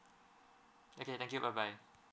okay thank you bye bye